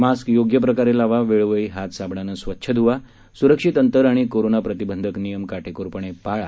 mask योग्य प्रकारे लावा वेळोवेळी हात साबणानं स्वच्छ धुवा सुरक्षित अंतर आणि कोरोना प्रतिबंधक नियम काटेकोरपणे पाळा